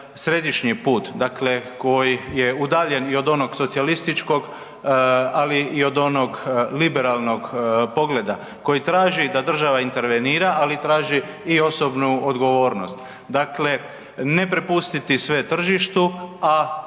središnji put, dakle koji je udaljen i od onog socijalistički ali i od onog liberalnog pogleda, koji traži da država intervenira ali i traži i osobnu odgovornost. Dakle ne prepustiti sve tržištu, a